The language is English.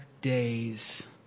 days